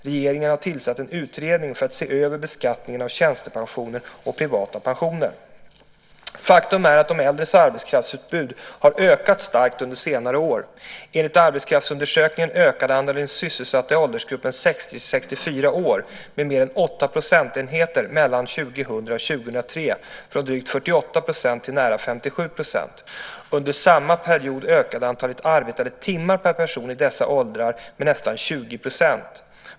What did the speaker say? Regeringen har tillsatt en utredning för att se över beskattningen av tjänstepensioner och privata pensioner. Faktum är att de äldres arbetskraftsutbud har ökat starkt under senare år. Enligt arbetskraftsundersökningen ökade andelen sysselsatta i åldersgruppen 60-64 år med mer än 8 procentenheter mellan 2000 och 2003, från drygt 48 % till nära 57 %. Under samma period ökade antalet arbetade timmar per person i dessa åldrar med nästan 20 %.